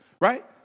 right